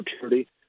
opportunity